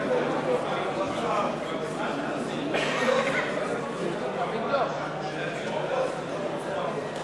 להלן תוצאות ההצבעה: הסתייגות 156 לסעיף 58,